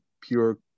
pure